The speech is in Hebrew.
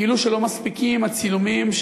כאילו לא מספיקים הצילומים,